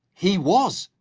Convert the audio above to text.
he was.